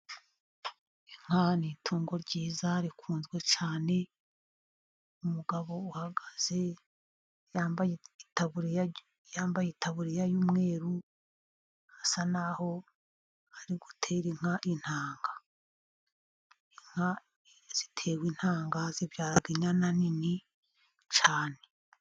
Inka ni itungo ryiza rikunzwe cyane, umugabo uhagaze yambaye itaburiya y'umweru, asa naho ari gutera inka intanga, inka zitewe intanga zibyara inyana nini cyane.